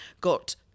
got